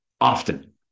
often